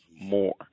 more